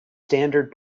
standard